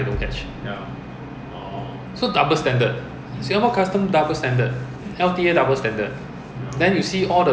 emission 你 poon 黑烟你很吵你的车一百五十年啊那种 mercedes 头没有门的都可以进来